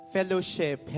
Fellowship